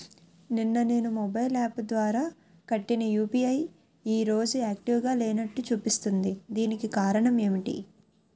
నిన్న నేను mobile app ద్వారా కట్టిన యు.పి.ఐ ఈ రోజు యాక్టివ్ గా లేనట్టు చూపిస్తుంది దీనికి కారణం ఏమిటి?